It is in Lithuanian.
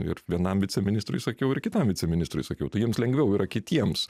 ir vienam viceministrui sakiau ir kitam viceministrui sakiau tai jiems lengviau yra kitiems